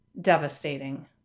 devastating